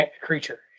creature